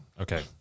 Okay